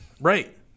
right